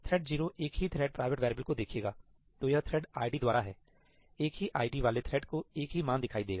thread 0 एक ही thread private variable को देखेगा तो यह थ्रेड आईडी द्वारा है एक ही आईडी वाले थ्रेड को एक ही मान दिखाई देगा